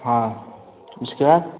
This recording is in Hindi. हाँ उसके बाद